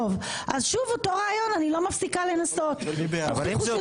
אני פשוט עדיין התרגשתי מהלייק שקיבלתי מחבר --- לא שומעים